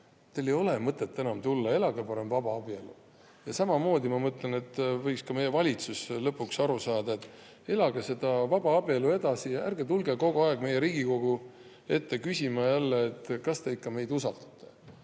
teil ei ole mõtet enam tulla, elage parem vabaabielu. Samamoodi mõtlen ma, et meie valitsus võiks lõpuks aru saada, et elage seda vabaabielu edasi, ärge tulge kogu aeg meie, Riigikogu ette küsima jälle, kas te ikka meid usaldate.